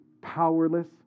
powerless